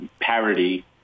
parody